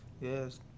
yes